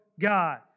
God